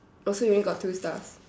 oh so you only got two stars